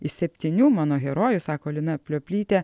iš septynių mano herojų sako lina plioplytė